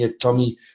Tommy